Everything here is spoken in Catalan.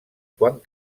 quan